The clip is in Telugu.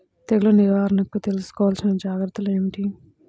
తెగులు నివారణకు తీసుకోవలసిన జాగ్రత్తలు ఏమిటీ?